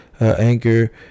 Anchor